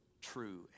true